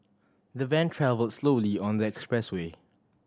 the van travelled slowly on the expressway